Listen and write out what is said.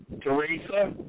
Teresa